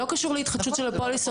לא קשור להתחדשות של הפוליסות.